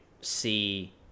see